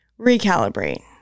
recalibrate